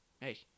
hey